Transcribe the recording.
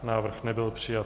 Návrh nebyl přijat.